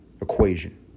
equation